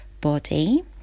body